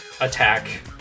attack